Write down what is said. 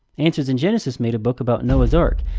answers in genesis made a book about noah's ark.